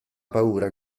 paura